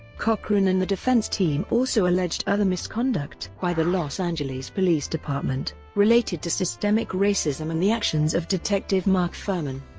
cochran and the defense team also alleged other misconduct by the los angeles police department, related to systemic racism and the actions of detective mark fuhrman.